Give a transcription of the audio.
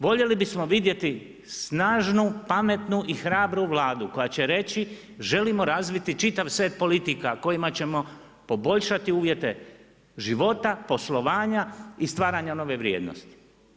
Voljeli bismo vidjeti, snažnu, pametnu i hrabru Vladu, koja će reći želimo razviti čitav set politika kojima ćemo poboljšati uvjete života, poslovanja i stvaranja nove vrijednosti.